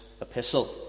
epistle